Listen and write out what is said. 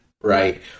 right